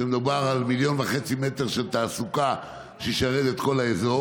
מדובר על 1.5 מיליון מ"ר של תעסוקה שישרת את כל האזור.